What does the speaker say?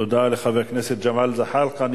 תודה לחבר הכנסת ג'מאל זחאלקה.